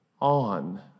on